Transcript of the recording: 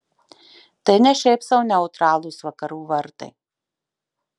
tai ne šiaip sau neutralūs vakarų vartai